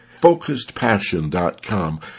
FocusedPassion.com